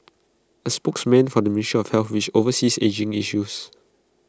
A spokesman for the ministry of health which oversees ageing issues